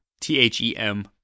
T-H-E-M